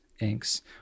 inks